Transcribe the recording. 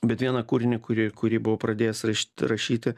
bet vieną kūrinį kurį kurį buvau pradėjęs rašt rašyti